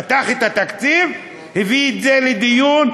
פתח את התקציב, הביא את זה לדיון בממשלה.